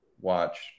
watch